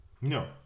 No